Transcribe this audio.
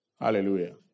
Hallelujah